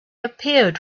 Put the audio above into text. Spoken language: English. appeared